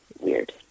weird